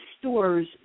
stores